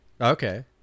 Okay